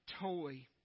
toy